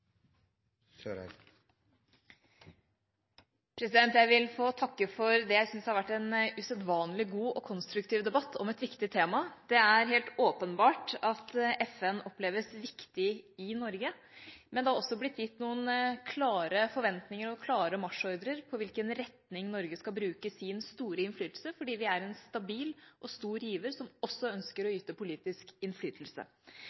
helt åpenbart at FN oppleves viktig i Norge. Men det er også blitt gitt noen klare forventninger og klare marsjordrer om på hvilken retning Norge skal bruke sin store innflytelse, fordi vi er en stabil og stor giver som også ønsker å